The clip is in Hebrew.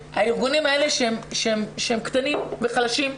שהארגונים האלה שהם קטנים וחלשים,